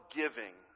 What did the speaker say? giving